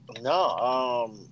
No